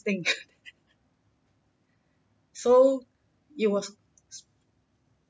thing so it was